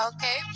Okay